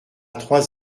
trois